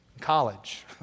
college